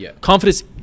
Confidence